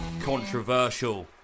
controversial